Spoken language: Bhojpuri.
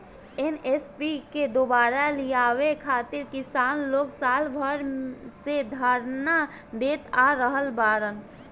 एम.एस.पी के दुबारा लियावे खातिर किसान लोग साल भर से धरना देत आ रहल बाड़न